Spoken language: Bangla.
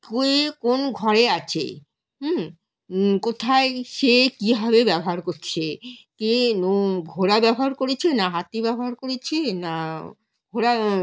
কে কোন ঘরে আছে হুম কোথায় সে কীভাবে ব্যবহার করছে কে নো ঘোড়া ব্যবহার করেছে না হাতি ব্যবহার করেছে না ঘোড়া